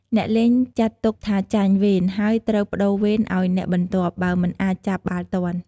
អ្នកលេងចាត់ទុកថាចាញ់វេន ហើយត្រូវប្ដូរវេនឲ្យអ្នកបន្ទាប់ បើមិនអាចចាប់បាល់ទាន់។